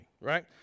right